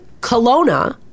Kelowna